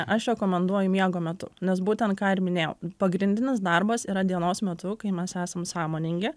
aš rekomenduoju miego metu nes būtent ką ir minėjau pagrindinis darbas yra dienos metu kai mes esam sąmoningi